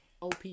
op